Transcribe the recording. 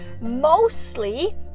mostly